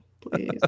Please